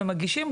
ומגישים,